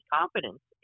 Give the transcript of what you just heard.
confidence